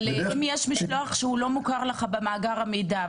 אבל אם יש משלוח שהוא לא מוכר לך במאגר המידע,